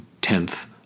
Tenth